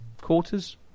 quarters